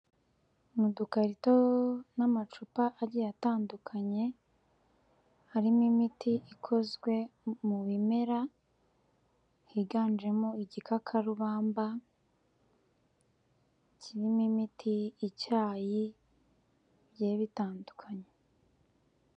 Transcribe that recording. Mu dukarito n'amacupa agiye atandukanye, harimo imiti ikozwe mu bimera, higanjemo igikakarubamba, kirimo imiti, icyayi bigiye bitandukanye.